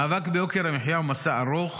המאבק ביוקר המחיה הוא מסע ארוך